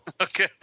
okay